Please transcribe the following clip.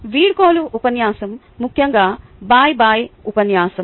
వీడ్కోలు ఉపన్యాసం ముఖ్యంగా బై బై ఉపన్యాసం